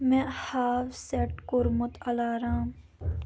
مےٚ ہاو سیٚٹ کوٚرمُت الارام